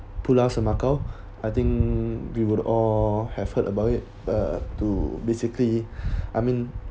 pulau-semakau I think we would all have heard about it uh to basically I mean